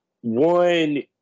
one